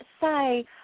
say